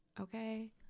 Okay